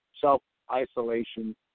self-isolation